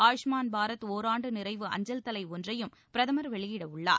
ஆயுஷ்மான் பாரத் ஒராண்டு நிறைவு அஞ்சல்தலை ஒன்றையும் பிரதமர் வெளியிட உள்ளார்